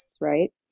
right